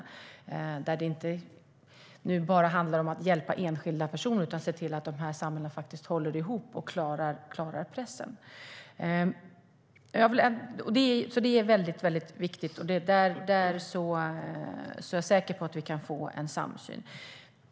Det handlar nu inte bara om att hjälpa enskilda personer utan om att se till att de här samhällena håller ihop och klarar pressen. Det är väldigt viktigt, och där är jag säker på att vi kan få en samsyn.